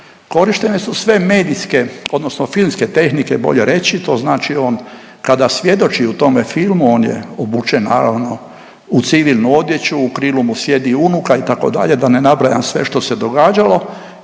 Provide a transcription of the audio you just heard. Korištene su sve medijske odnosno filmske tehnike bolje reći to znači, on kada svjedoči u tome filmu on je obučen naravno u civilnu odjeću, u krilu mu sjedi unuka itd. da ne nabrajam sve što se događalo